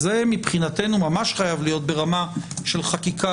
מבחינתנו זה ממש חייב להיות ברמה של חקיקה